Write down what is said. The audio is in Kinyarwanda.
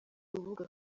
rubuga